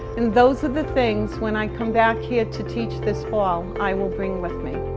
and those are the things, when i come back here to teach this fall, i will bring with me.